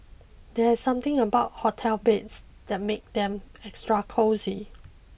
there's something about hotel beds that make them extra cosy